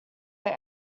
they